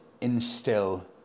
instill